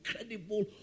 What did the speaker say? incredible